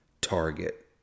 target